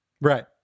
Right